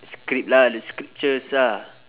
script lah the scriptures ah